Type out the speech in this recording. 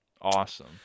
Awesome